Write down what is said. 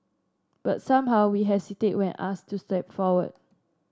but somehow we hesitate when asked to step forward